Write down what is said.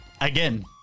again